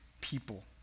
people